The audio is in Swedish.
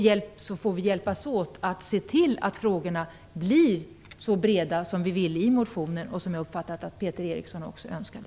Sedan får vi hjälpas åt att se till att frågorna blir så brett belysta som vi vill och som jag uppfattat att också Peter Eriksson önskar.